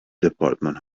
دپارتمان